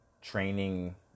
training